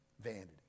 vanity